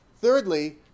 Thirdly